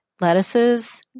lettuces